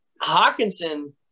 Hawkinson